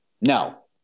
No